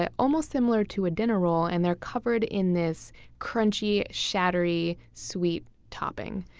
ah almost similar to a dinner roll, and they're covered in this crunchy, shattery, sweet topping.